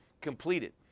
completed